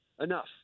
enough